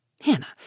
Hannah